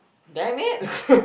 damn it